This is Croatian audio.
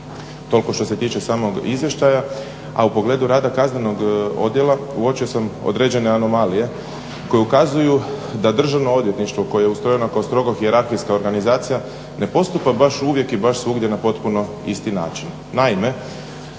Toliko što se tiče samog izvještaja. A u pogledu rada kaznenog odijela uočio sam određene anomalije koje ukazuju da Državno odvjetništvo koje je ustrojeno kao strogo hijerarskijska organizacija ne postupa baš uvijek i baš svugdje na potpuno isti način.